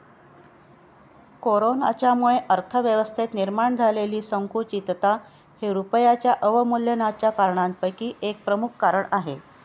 कोरोनाच्यामुळे अर्थव्यवस्थेत निर्माण झालेली संकुचितता हे रुपयाच्या अवमूल्यनाच्या कारणांपैकी एक प्रमुख कारण आहे